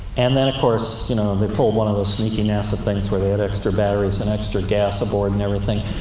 and then, of course, you know, they pulled one of those sneaky nasa things, where they had extra batteries and extra gas aboard and everything,